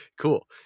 cool